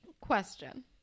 question